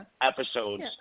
episodes